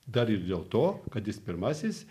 dar ir dėl to kad jis pirmasis